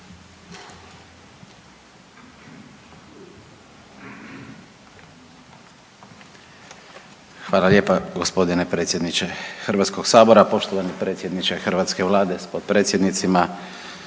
Hvala lijepa gospodine predsjedniče Hrvatskoga sabora. Poštovani predsjedniče hrvatske Vlade s potpredsjednicima.